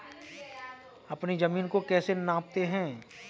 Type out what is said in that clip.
अपनी जमीन को कैसे नापते हैं?